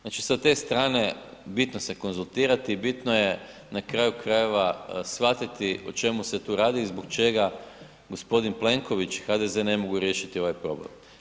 Znači sa te strane bitno se konzultirati, bitno je na kraju krajeva shvatiti o čemu se tu radi, zbog čega g. Plenković i HDZ ne mogu riješiti ovaj problem.